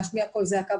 להשמיע קול זעקה,